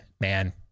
man